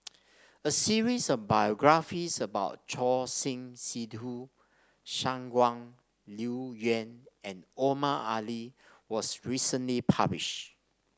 a series of biographies about Choor Singh Sidhu Shangguan Liuyun and Omar Ali was recently published